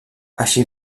així